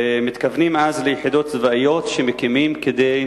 מתכוונים ליחידות צבאיות שמקימים כדי